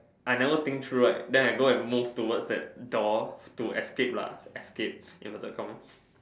I never think through right then I go and move towards that door to escape lah escape inverted commas